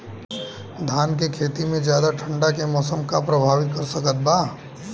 धान के खेती में ज्यादा ठंडा के मौसम का प्रभावित कर सकता बा?